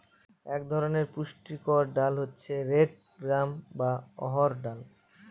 এক ধরনের পুষ্টিকর ডাল হচ্ছে রেড গ্রাম বা অড়হর ডাল